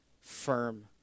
firm